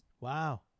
Wow